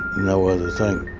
no other thing